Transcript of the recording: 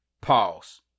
pause